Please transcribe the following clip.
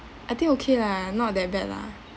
I think okay lah not that bad lah